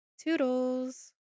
toodles